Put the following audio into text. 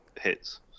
hits